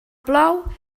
plou